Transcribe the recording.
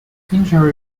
injury